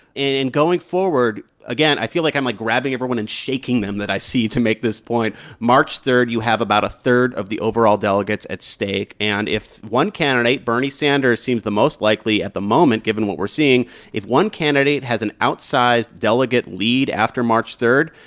and and going forward again, i feel like i'm like grabbing everyone and shaking them that i see to make this point march three, you have about a third of the overall delegates at stake. and if one candidate, bernie sanders, seems the most likely at the moment, given what we're seeing if one candidate has an outsized delegate lead after march three,